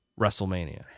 WrestleMania